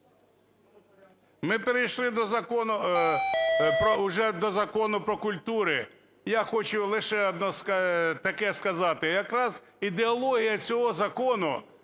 уже до Закону "Про культуру". Я хочу лише таке сказати, якраз ідеологія цього закону